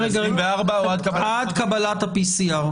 ציבורית, עד קבלת ה-PCR.